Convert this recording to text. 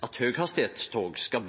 at høghastigheitstog skal